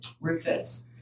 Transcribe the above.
rufus